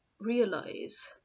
realize